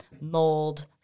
mold